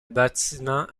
bâtiment